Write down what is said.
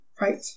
Right